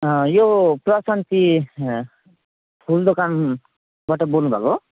अँ यो प्रशान्ति फुल दोकानबाट बोल्नु भएको हो